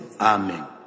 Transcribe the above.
Amen